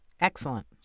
Excellent